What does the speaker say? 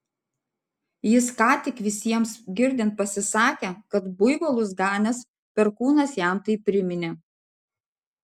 jis ką tik visiems girdint pasisakė kad buivolus ganęs perkūnas jam tai priminė